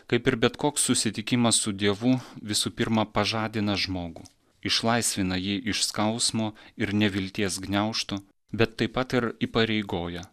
kaip ir bet koks susitikimas su dievu visų pirma pažadina žmogų išlaisvina jį iš skausmo ir nevilties gniaužtų bet taip pat ir įpareigoja